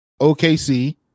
OKC